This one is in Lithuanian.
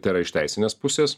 tai yra iš teisinės pusės